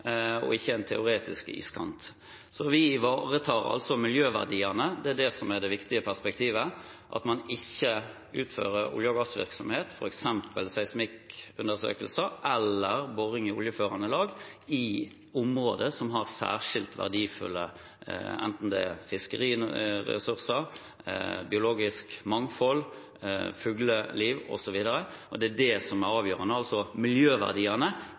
og ikke en teoretisk iskant. Så vi ivaretar miljøverdiene. Det er det som er det viktige perspektivet: at man ikke utfører olje- og gassvirksomhet, f.eks. seismikkundersøkelser eller boring i oljeførende lag, i områder som har særskilt verdifulle fiskeriressurser, biologisk mangfold, fugleliv, osv. Og det er det som er avgjørende, altså miljøverdiene,